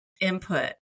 input